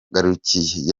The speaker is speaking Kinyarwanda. ngarukiye